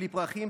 בלי פרחים,